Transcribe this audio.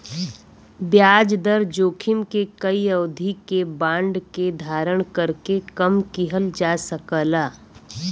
ब्याज दर जोखिम के कई अवधि के बांड के धारण करके कम किहल जा सकला